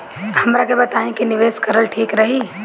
हमरा के बताई की निवेश करल ठीक रही?